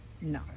No